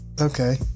Okay